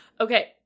Okay